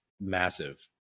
massive